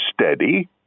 steady